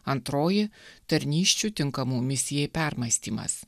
antroji tarnysčių tinkamų misijai permąstymas